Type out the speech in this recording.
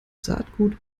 saatgut